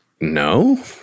no